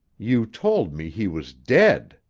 you told me he was dead.